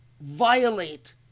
violate